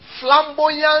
flamboyant